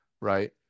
right